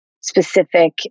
specific